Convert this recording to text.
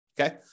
okay